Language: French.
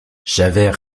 javert